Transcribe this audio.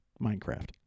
Minecraft